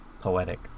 Poetic